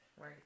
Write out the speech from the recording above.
Right